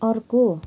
अर्को